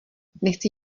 nechci